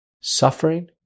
suffering